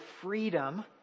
freedom